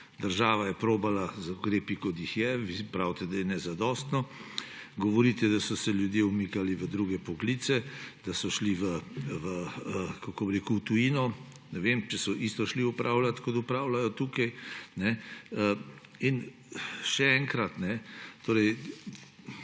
Država je skušala z ukrepi, kot jih je; vi pravite, da nezadostno. Govorite, da so se ljudje umikali v druge poklice, da so šli, kako bi rekel, v tujino. Ne vem, če so isto šli opravljati kot opravljajo tukaj. Še enkrat, torej